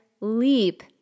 leap